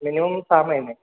minimum सहा महिने